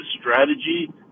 strategy